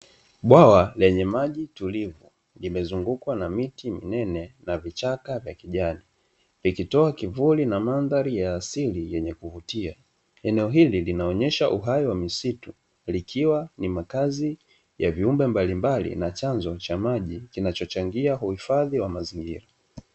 Bwawa lenye maji tulivu limezungukwa na miti minene na vichaka vya kijani vikitoa kivuli na madhari ya asili yenye kuvutia, eneo hili linaonyesha uhai wa misitu likiwa ni makazi ya viumbe mbalimbali na chanzo cha maji kinachochangia uifadhi wa mazingira.